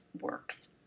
works